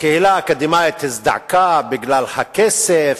הקהילה האקדמית הזדעקה בגלל הכסף,